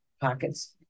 pockets